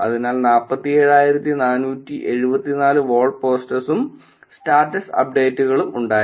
അതിൽ 47474 wall posts ഉം status അപ്ഡേറ്റുകളും ഉണ്ടായിരുന്നു